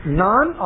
non